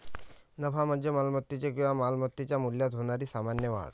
नफा म्हणजे मालमत्तेच्या किंवा मालमत्तेच्या मूल्यात होणारी सामान्य वाढ